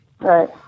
right